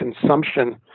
consumption